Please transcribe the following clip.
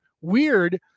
Weird